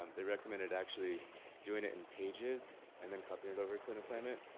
um they recommended actually doing it in pages and then copy it over to an assignment.